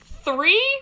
three